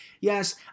Yes